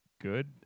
good